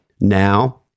Now